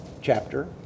chapter